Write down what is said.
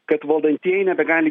kad valdantieji nebegali